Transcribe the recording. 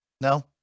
No